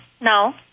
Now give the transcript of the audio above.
No